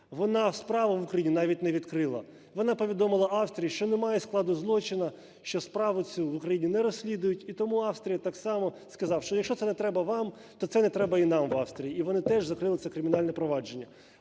Вона справу в Україні навіть не відкрила. Вона повідомила Австрії, що немає складу злочину, що справу цю в Україні не розслідують. І тому Австрія так само сказала, що якщо це не треба вам, то це не треба і нам в Австрії, і вони теж закрили це кримінальне провадження.